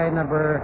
number